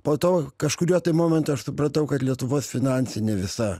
po to kažkuriuo tai momentu aš supratau kad lietuvos finansinė visa